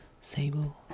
sable